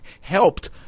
helped